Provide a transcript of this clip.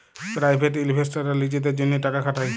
private ইলভেস্টাররা লিজেদের জ্যনহে টাকা খাটায়